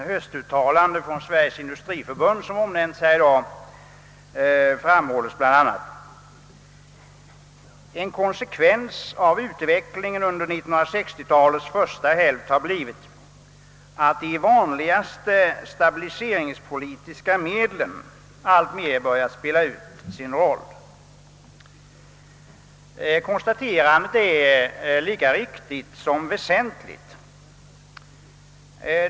I ett uttalande som Sveriges industriförbund har gjort i höst och som omnämnts i denna debatt, framhålles bl.a.: »En konsekvens av utvecklingen under 1960-talets första hälft har blivit att de vanligaste stabiliseringspolitiska medlen alltmer börjat spela ut sin roll.» Konstaterandet är lika riktigt som väsentligt.